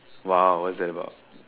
!wow! what's that about